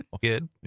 Good